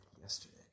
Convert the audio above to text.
yesterday